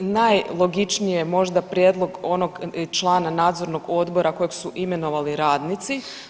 Najlogičnije možda prijedlog je onog člana Nadzornog odbora kojeg su imenovali radnici.